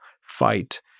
fight